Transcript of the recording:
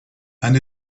and